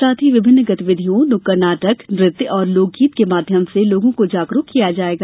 साथ ही विभिन्न गतिविधियों नुक्कड़ नाटक नृत्य और गीत के माध्यम से लोगों को जागरुक किया जायेगा